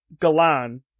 Galan